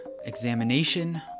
examination